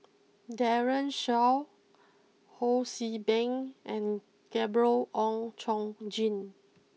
Daren Shiau Ho see Beng and Gabriel Oon Chong Jin